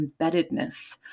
embeddedness